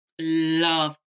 love